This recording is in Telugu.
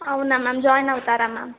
అవునా మ్యామ్ జాయిన్ అవుతారా మ్యామ్